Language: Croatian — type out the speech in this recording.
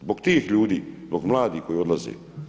Zbog tih ljudi, zbog mladih koji odlaze.